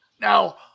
Now